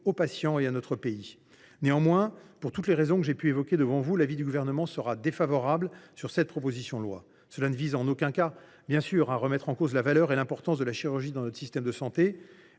aux patients de notre pays. Néanmoins, pour toutes les raisons que j’ai pu évoquer devant vous, le Gouvernement émettra un avis défavorable sur cette proposition de loi. Cela ne vise évidemment en aucun cas à remettre en cause la valeur et l’importance de la chirurgie dans notre système de santé.